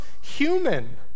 human